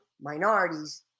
minorities